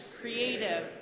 creative